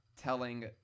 telling